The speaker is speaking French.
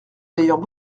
d’ailleurs